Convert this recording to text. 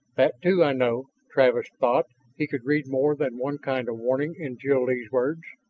that, too, i know. travis thought he could read more than one kind of warning in jil-lee's words.